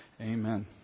Amen